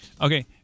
Okay